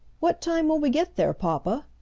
what time will we get there, papa?